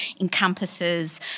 encompasses